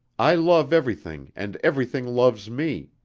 i love everything and everything loves me.